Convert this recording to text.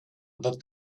that